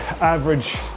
average